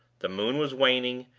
the moon was waning,